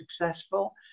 successful